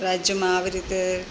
રાજ્યમાં આવી રીતે